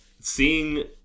seeing